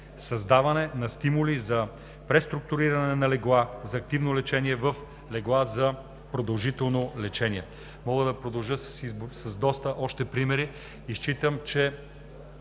създаване на стимули за преструктуриране на легла за активно лечение в легла за продължително лечение. Мога да продължа с още доста примери.